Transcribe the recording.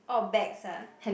orh bags ah